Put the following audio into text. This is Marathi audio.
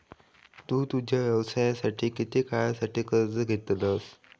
तु तुझ्या व्यवसायासाठी किती काळासाठी कर्ज घेतलंस?